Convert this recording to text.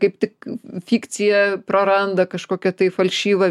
kaip tik fikciją praranda kažkokią tai falšyvą